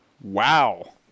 Wow